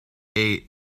est